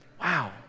Wow